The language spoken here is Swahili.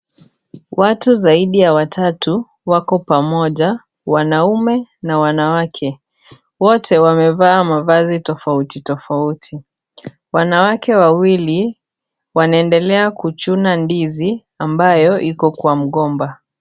Watu zaidi ya watatu wako pamoja. Wanaume na wanawake. Wote wamevaa mavazi tofauti tofauti. Wanawake wawili, wanaendelea kuchuna ndizi ambayo iko kwa mgomba.